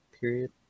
period